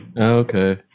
Okay